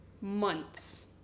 months